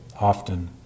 often